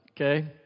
Okay